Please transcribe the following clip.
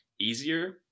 easier